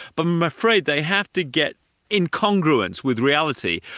but i'm afraid they have to get in congruence with reality,